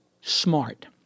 smart